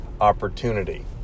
opportunity